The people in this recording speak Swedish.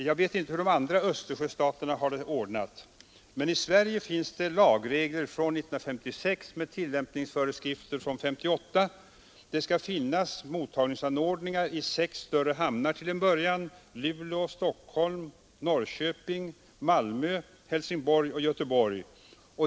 Jag vet inte hur de andra Östersjöstaterna har det ordnat på det området, men i Sverige finns det lagregler från 1956 med tillämpningsföreskrifter från 1958. Enligt dem skall det finnas mottagningsanordningar i till en början sex större hamnar: Luleå, Stockholm, Norrköping, Malmö, Helsingborg och Göteborg.